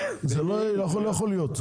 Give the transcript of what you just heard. זה לא יכול להיות.